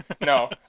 No